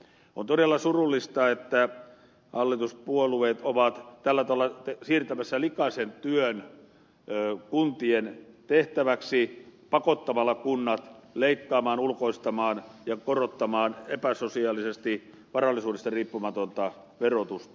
on todella surullista että hallituspuolueet ovat tällä tavalla siirtämässä likaisen työn kuntien tehtäväksi pakottamalla kunnat leikkaamaan ulkoistamaan ja korottamaan epäsosiaalisesti varallisuudesta riippumatonta verotusta